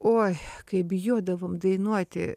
oi kaip bijodavom dainuoti